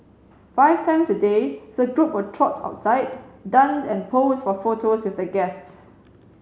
five times a day the group will trot outside dance and pose for photos with the guests